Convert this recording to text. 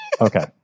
Okay